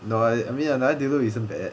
no I mean another diluc isn't bad